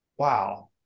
wow